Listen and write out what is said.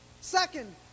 Second